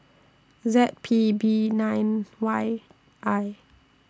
Z P B nine Y I